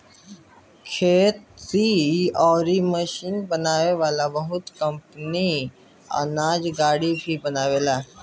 खेती कअ मशीन बनावे वाली बहुत कंपनी अनाज गाड़ी भी बनावेले